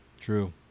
True